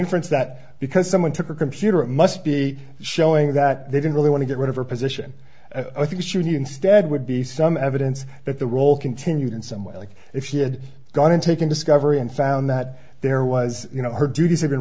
inference that because someone took her computer it must be showing that they didn't really want to get rid of her position i think she should instead would be some evidence that the role continued in some way like if she had gone and taken discovery and found that there was you know her duties